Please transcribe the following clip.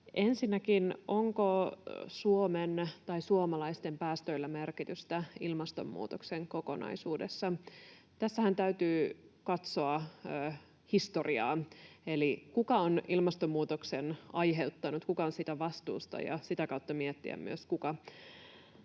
Ensinnäkin onko Suomen tai suomalaisten päästöillä merkitystä ilmastonmuutoksen kokonaisuudessa? Tässähän täytyy katsoa historiaa, eli kuka on ilmastonmuutoksen aiheuttanut, kuka on siitä vastuussa, ja sitä kautta miettiä myös, kuka